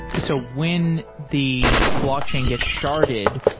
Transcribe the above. so when the blockchain gets sharded,